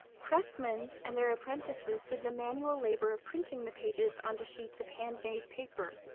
pressmen and their apprentices did the manual labor of printing the pages onto sheets of handmade paper.